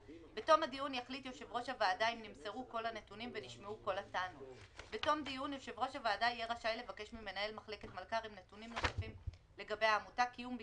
10. לדיון ספציפי